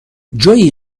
جویی